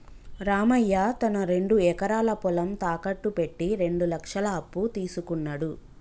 రామయ్య తన రెండు ఎకరాల పొలం తాకట్టు పెట్టి రెండు లక్షల అప్పు తీసుకున్నడు